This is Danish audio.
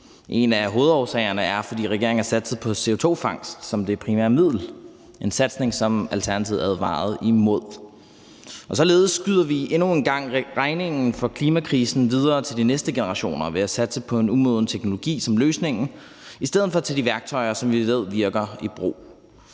En af hovedårsagerne er, at regeringen har satset på CO2-fangst som det primære middel. Det er en satsning, som Alternativet advarede imod. Således sender vi endnu en gang regningen for klimakrisen videre til de næste generationer ved at satse på en umoden teknologi som løsningen i stedet for at tage de værktøjer, som vi ved virker, i brug.